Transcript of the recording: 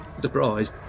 Surprise